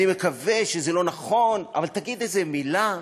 אני מקווה שזה לא נכון, אבל תגיד איזו מילה.